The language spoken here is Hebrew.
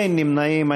אין נמנעים.